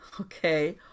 okay